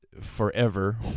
forever